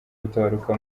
gutabaruka